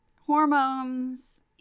hormones